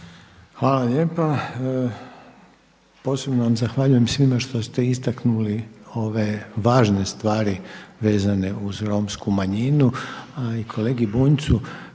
Hvala lijepa. Posebno vam zahvaljujem svima što ste istaknuli ove važne stvari vezane uz romsku manjinu,